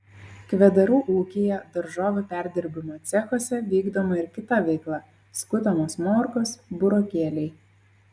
kvedarų ūkyje daržovių perdirbimo cechuose vykdoma ir kita veikla skutamos morkos burokėliai